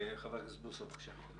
חבר הכנסת בוסו, בבקשה.